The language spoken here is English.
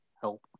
help